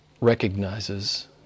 recognizes